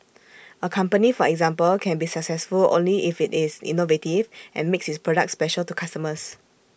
A company for example can be successful only if IT is innovative and makes its products special to customers